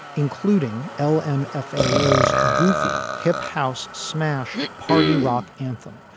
including l m. ah fayose, goofy hip house, smash party rock anthem,